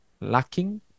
lacking